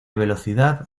velocidad